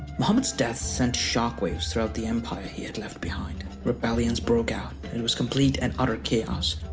muhammad's death sent shockwaves throughout the empire he had left behind. rebellions broke out. it was complete and utter chaos.